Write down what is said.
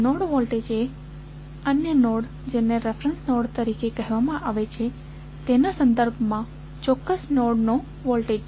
node voltage એ અન્ય node જેને રેફેરેંસ નોડ કહેવામાં આવે છે તેના સંદર્ભમાં ચોક્કસ નોડનો વોલ્ટેજ છે